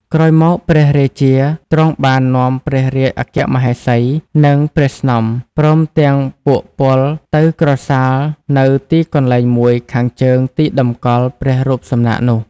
ក្រោយមកព្រះរាជាទ្រង់បាននាំព្រះរាជអគ្គមហេសី នឹងព្រះស្នំ ព្រមទាំងពួកពល ទៅក្រសាលនៅទីកន្លែងមួយខាងជើងទីតម្កល់ព្រះរូបសំណាកនោះ។